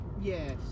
Yes